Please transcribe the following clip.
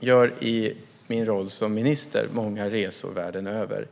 gör i min roll som minister många resor världen över.